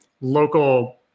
local